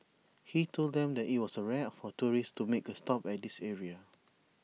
he told them that IT was rare for tourists to make A stop at this area